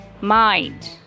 Mind